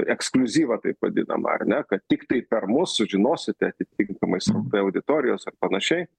ekskliuzyvą taip vadinamą ar ne kad tiktai per mus sužinosite atitinkamai sraute auditorijos ar panašiai